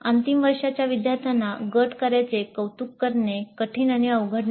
अंतिम वर्षाच्या विद्यार्थ्यांचे गट कार्याचे कौतुक करणे कठीण किंवा अवघड नाही